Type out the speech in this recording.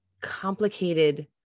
complicated